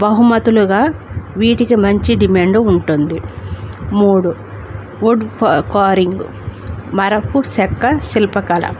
బహుమతులుగా వీటికి మంచి డిమాండు ఉంటుంది మూడు వుడ్ కర్వింగ్ మరపు చెక్క శిల్పకళ